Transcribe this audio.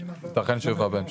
ויתכן שזה יובא בהמשך.